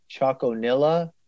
Choconilla